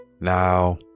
Now